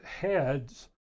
heads